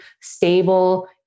stable